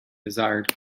desired